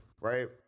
right